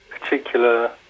particular